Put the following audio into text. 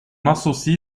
associe